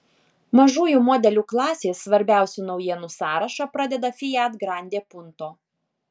mažųjų modelių klasės svarbiausių naujienų sąrašą pradeda fiat grande punto